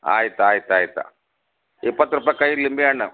ಆಯ್ತು ಆಯ್ತು ಆಯ್ತು ಇಪ್ಪತ್ತು ರೂಪಾಯ್ಗ್ ಐದು ಲಿಂಬೆಹಣ್ಣು